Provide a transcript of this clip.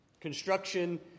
Construction